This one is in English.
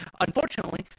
unfortunately